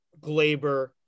Glaber